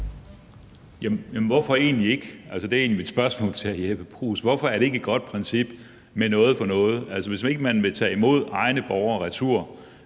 hvorfor egentlig ikke? Det er egentlig mit spørgsmål til hr. Jeppe Bruus. Hvorfor er det ikke et godt princip med noget for noget? Altså, hvis ikke man vil tage egne borgere, som har